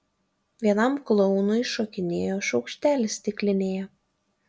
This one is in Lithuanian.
vienam klounui šokinėjo šaukštelis stiklinėje